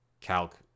Calc